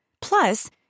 Plus